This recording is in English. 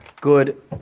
good